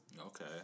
Okay